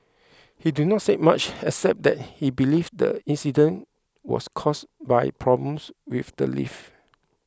he did not say much except that he believes the incident was caused by problems with the lift